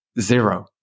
zero